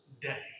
day